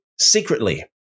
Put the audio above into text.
secretly